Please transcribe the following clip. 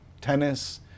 tennis